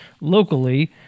locally